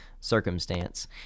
circumstance